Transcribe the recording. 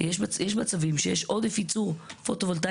יש מצבים שיש עודף ייצור פוטו-וולטאי